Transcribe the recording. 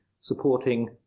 supporting